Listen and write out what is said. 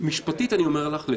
אני אומר לך שמשפטית,